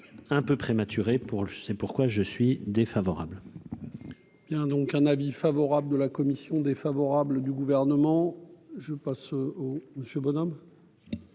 un peu prématuré pour le, c'est pourquoi je suis défavorable.